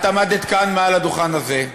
את עמדת כאן, מעל הדוכן הזה,